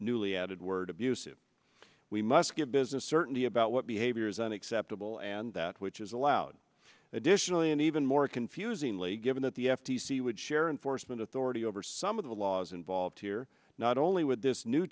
newly added word abusive we must give business certainty about what behavior is unacceptable and that which is allowed additionally and even more confusing lee given that the f t c would share in foresman authority over some of the laws involved here not only would this new